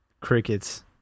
Crickets